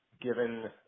given